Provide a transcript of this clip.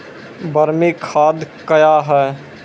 बरमी खाद कया हैं?